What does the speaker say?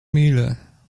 mīļā